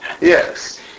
yes